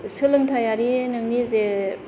सोलोंथायारि नोंनि जे